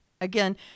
Again